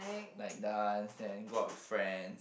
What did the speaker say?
like dance then go out with friends